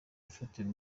yafatiwe